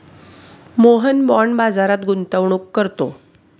Mohan bond बाजारात गुंतवणूक करतो